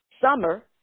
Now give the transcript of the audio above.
summer